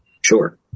Sure